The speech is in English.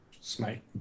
Smite